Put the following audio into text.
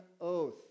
oath